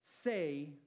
say